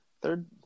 third